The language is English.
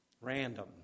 random